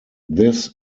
this